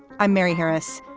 i'm mary harris.